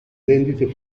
vendite